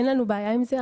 אין לנו בעיה עם זה,